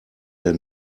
der